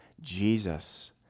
Jesus